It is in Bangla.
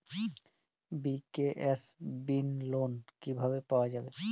বি.কে.এস.বি লোন কিভাবে পাওয়া যাবে?